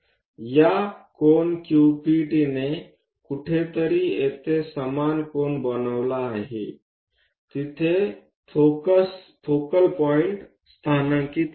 या ∠QPT ने कुठेतरी येथे समान कोन बनवला आहे तिथे फोकल पॉईंट स्थानांकित करूया